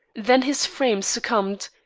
then his frame succumbed,